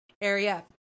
area